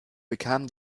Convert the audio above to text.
bekam